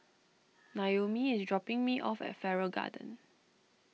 Naomi is dropping me off at Farrer Garden